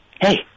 Hey